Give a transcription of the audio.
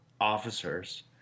officers